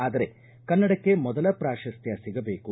ಆದರೆ ಕನ್ನಡಕ್ಕೆ ಮೊದಲ ಪಾತಸ್ತ್ರ ಸಿಗಬೇಕು